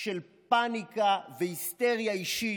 של פניקה והיסטריה אישית,